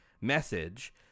message